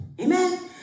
Amen